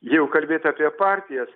jeigu kalbėt apie partijas